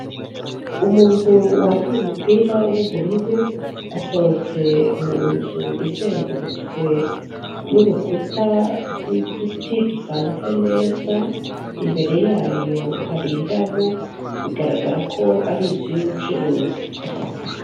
Umuntu wambaye umupira w'ubururu asohotse mu nzu izengurutswe n'urukuta rw'uduti dupanze neza, imbere yayo hari indabo bigaragara ko ari inzu yubucuruzi.